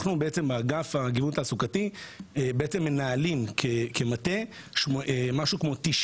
אנחנו באגף הגיוון התעסוקתי מנהלים כמטה משהו כמו 90